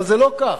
אבל זה לא כך,